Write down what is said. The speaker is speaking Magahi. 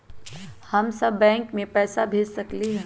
हम सब बैंक में पैसा भेज सकली ह?